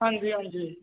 ਹਾਂਜੀ ਹਾਂਜੀ